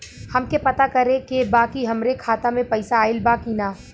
हमके पता करे के बा कि हमरे खाता में पैसा ऑइल बा कि ना?